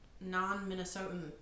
non-Minnesotan